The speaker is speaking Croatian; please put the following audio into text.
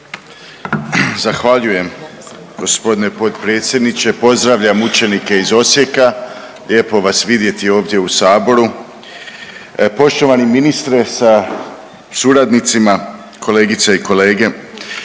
Zahvaljujem gospodine potpredsjedniče. Pozdravljam učenike iz Osijeka, lijepo vas vidjeti ovdje u saboru. Poštovani ministre sa suradnicima, kolegice i kolege,